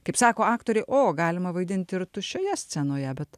kaip sako aktoriai o galima vaidinti ir tuščioje scenoje bet